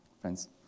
Friends